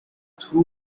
two